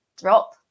drop